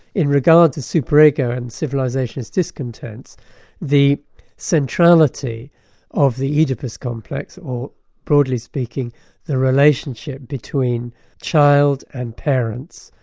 in regard to super ego and civilisation's discontent, the centrality of the oedipus complex, or broadly speaking the relationship between child and parents,